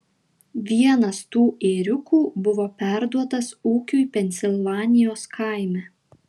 vienas tų ėriukų buvo perduotas ūkiui pensilvanijos kaime